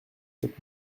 quatre